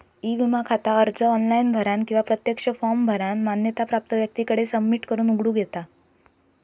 E विमा खाता अर्ज ऑनलाइन भरानं किंवा प्रत्यक्ष फॉर्म भरानं मान्यता प्राप्त व्यक्तीकडे सबमिट करून उघडूक येता